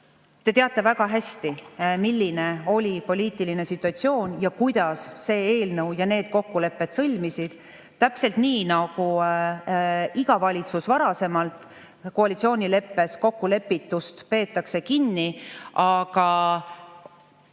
te teate väga hästi, milline oli siis poliitiline situatsioon ning kuidas see eelnõu [tekkis] ja need kokkulepped sõlmiti. Täpselt nii nagu igas valitsuses varasemalt, koalitsioonileppes kokkulepitust peetakse kinni. Aga